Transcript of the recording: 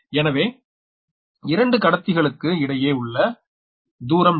எனவே இரண்டு கடத்திகளுக்கு இடையே உள்ள தூரம் d